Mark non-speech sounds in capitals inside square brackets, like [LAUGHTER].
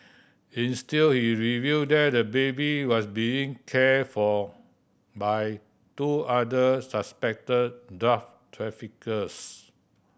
[UNINTELLIGIBLE] he revealed that the baby was being cared for by two other suspected [UNINTELLIGIBLE] traffickers